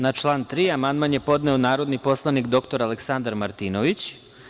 Na član 3. amandman je podneo narodni poslanik dr Aleksandar Martinović.